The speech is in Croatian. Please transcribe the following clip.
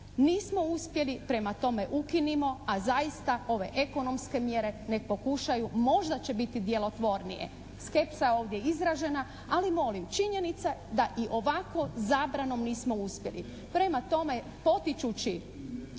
Nismo uspjeli, prema tome ukinimo, a zaista ove ekonomske mjere nek' pokušaju, možda će biti djelotvornije. Skepsa je ovdje izražena, ali molim, činjenica da i ovako zabranom nismo uspjeli. Prema tome, potičući